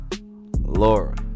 Laura